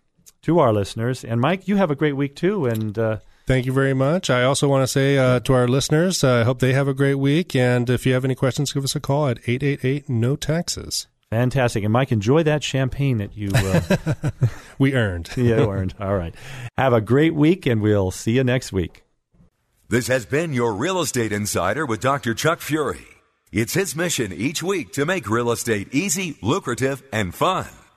to our listeners. And, Mike, you have a great week, too, and, uh, Thank you very much. I also want to say, uh, to our listeners, uh, I hope they have a great week. And if you have any questions, give us a call at 888 no taxes. Fantastic. And, Mike, enjoy that champagne that you, uh, We earned. Yeah, you earned. All right. Have a great week, and we'll see you next week. This has been your Real Estate Insider with Dr. Chuck Fury. It's his mission each week to make real estate easy, lucrative, and fun.